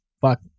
fuck